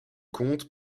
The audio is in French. compte